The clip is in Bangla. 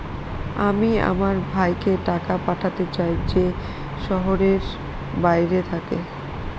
আমি আমার ভাইকে টাকা পাঠাতে চাই যে শহরের বাইরে থাকে